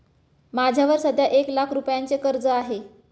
माझ्यावर सध्या एक लाख रुपयांचे कर्ज आहे